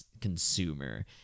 consumer